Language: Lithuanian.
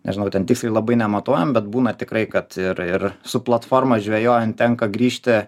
nežinau ten tiksliai labai nematuojam bet būna tikrai kad ir ir su platforma žvejojant tenka grįžti